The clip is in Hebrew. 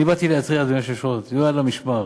אני באתי להתריע, אדוני היושב-ראש: תהיו על המשמר,